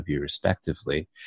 respectively